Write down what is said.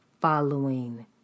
following